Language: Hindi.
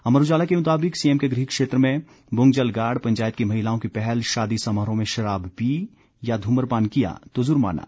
अमर उजाला के मुताबिक सीएम के गृह क्षेत्र में बुंगजलगाड़ पंचायत की महिलाओं की पहल शादी समारोह में शराब पी या धुम्रपान किया तो जुर्माना